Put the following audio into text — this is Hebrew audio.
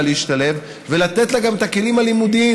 להשתלב ולתת לה גם את הכלים הלימודיים.